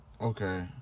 Okay